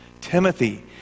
Timothy